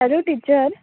hello teacher